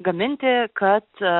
gaminti kad